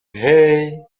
hey